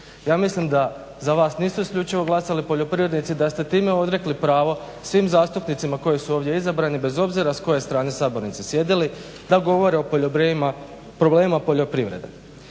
Ja mislim da za vas nisu isključivo glasali poljoprivrednici da ste time odrekli pravo svim zastupnicima koji su ovdje izabrani bez obzira s koje strane sabornice sjedili da govore i problemima poljoprivrede.